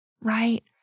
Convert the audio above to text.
right